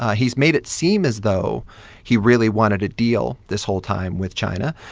he's made it seem as though he really wanted a deal this whole time with china.